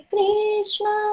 Krishna